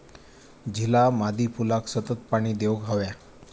झिला मादी फुलाक सतत पाणी देवक हव्या